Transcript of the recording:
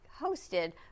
hosted